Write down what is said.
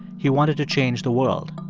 he wanted to change the world.